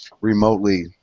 remotely